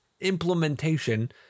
implementation